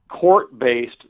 court-based